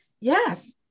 Yes